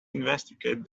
investigated